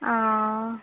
ও